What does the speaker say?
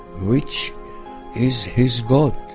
which is his god?